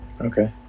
Okay